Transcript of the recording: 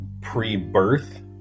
pre-birth